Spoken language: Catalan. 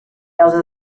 causa